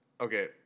okay